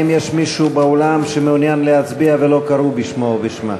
האם יש מישהו באולם שמעוניין להצביע ולא קראו בשמו או בשמה?